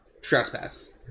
Trespass